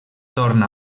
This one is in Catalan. torna